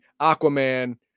aquaman